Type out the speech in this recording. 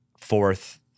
fourth